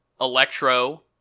Electro